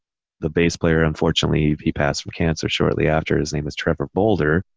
the bass player, unfortunately he passed from cancer shortly after. his name was trevor bolder,